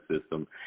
system